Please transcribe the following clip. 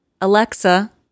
Alexa